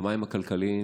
במים הכלכליים,